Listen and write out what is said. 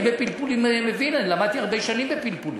אני בפלפול מבין, למדתי הרבה שנים בפלפולים,